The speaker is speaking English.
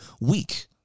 weak